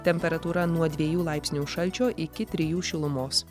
temperatūra nuo dviejų laipsnių šalčio iki trijų šilumos